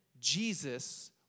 Jesus